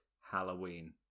Halloween